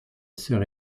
sœur